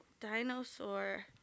Dinosaur